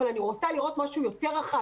אבל אני רוצה לראות משהו יותר רחב,